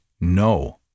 no